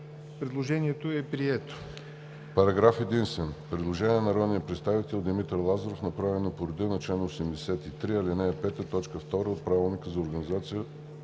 Предложението е прието.